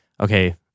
okay